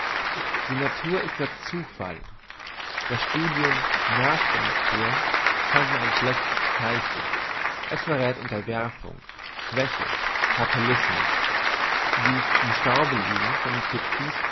die natur ist der zufall das studium nach der natur scheint mir ein schlechtes zeichen es verräth unterwerfung schwäche fatalismus dies im staube liegen vor